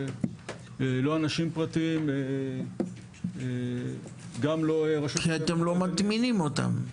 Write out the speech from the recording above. אנשים פרטיים; גם לא --- כי אתם לא מטמינים אותם.